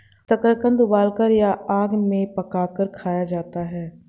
शकरकंद उबालकर या आग में पकाकर खाया जाता है